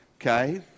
okay